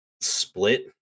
split